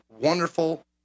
wonderful